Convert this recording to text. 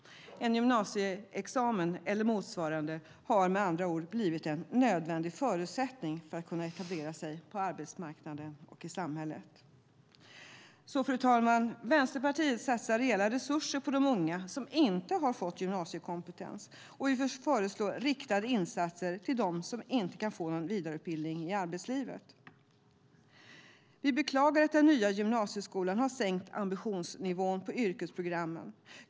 En gymnasieexamen eller motsvarande har med andra ord blivit en nödvändig förutsättning för att man ska kunna etablera sig på arbetsmarknaden och i samhället. Fru talman! Vänsterpartiet satsar rejäla resurser på de unga som inte har fått gymnasiekompetens, och vi föreslår riktade insatser till dem som inte kan få en vidareutbildning i arbetslivet. Vi beklagar att den nya gymnasieskolan har sänkt ambitionsnivån på yrkesprogrammen.